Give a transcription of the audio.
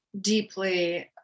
deeply